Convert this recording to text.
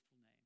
name